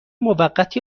موقت